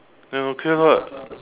then okay [what]